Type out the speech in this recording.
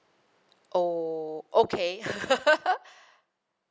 oh okay